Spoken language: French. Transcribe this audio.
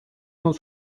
cent